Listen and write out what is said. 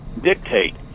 dictate